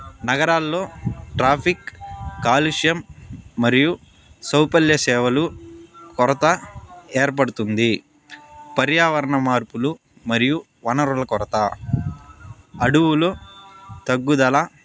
నగరాల్లో ట్రాఫిక్ కాలుష్యం మరియు సౌపల్య సేవలు కొరత ఏర్పడుతుంది పర్యావరణ మార్పులు మరియు వనరుల కొరత అడవులు తగ్గుదల